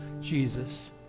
Jesus